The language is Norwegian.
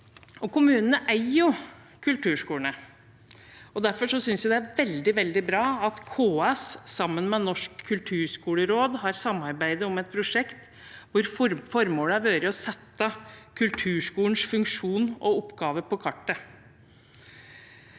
Kommunene eier kulturskolene. Derfor synes jeg det er veldig, veldig bra at KS sammen med Norsk kulturskoleråd har samarbeidet om et prosjekt hvor formålet har vært å sette kulturskolens funksjon og oppgaver på kartet,